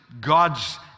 gods